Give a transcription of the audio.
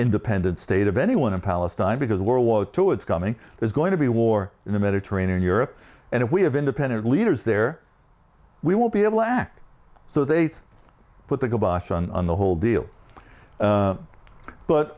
independent state of anyone in palestine because world war two it's coming there's going to be a war in the mediterranean europe and if we have independent leaders there we won't be able to act so they put the kybosh on the whole deal